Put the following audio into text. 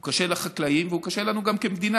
הוא קשה לחקלאים והוא קשה לנו גם כמדינה,